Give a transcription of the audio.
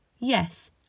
Yes